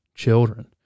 children